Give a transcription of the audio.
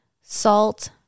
salt